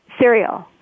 Cereal